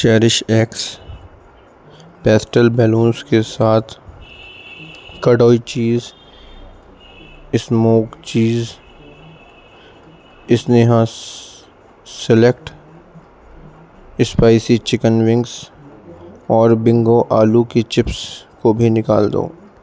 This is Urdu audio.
چیریش ایکس پیسٹل بلونز کے ساتھ کڈوئی چیز اسموک چیز اسنیہا سیلیکٹ اسپائسی چکن ونگز اور بنگو آلو کے چپس کو بھی نکال دو